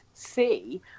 see